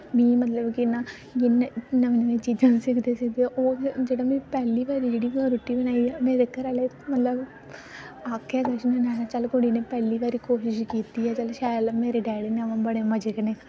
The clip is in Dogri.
लेकिन खाने आह्ली चीज़ां बी बल्के अगर कुदै अग्गें पिच्छें जाओ मतलब कि इन्ने हर इक्क चीज़ ते ओह् हट्टी उद्धर बड़ा सोआदला उद्धर बड़ा सोआदला टेस्ट सारियां कीतियां पर बनाई दियां घट्ट बद्ध न